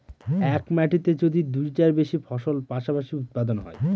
এক মাটিতে যদি দুইটার বেশি ফসল পাশাপাশি উৎপাদন হয়